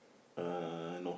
uh no